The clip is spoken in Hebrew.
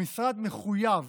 המשרד מחויב